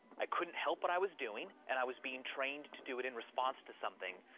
i couldn't help what i was doing, and i was being trained to do it in response to something,